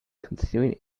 concealing